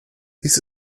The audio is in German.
dies